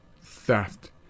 theft